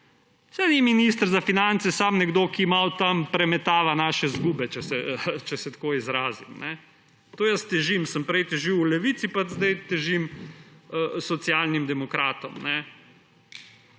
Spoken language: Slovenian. Saj ni minister za finance samo nekdo, ki malo tam premetava naše izgube, če se tako izrazim. O tem jaz težim, prej sem težil v Levici, zdaj pač težim Socialnim demokratom.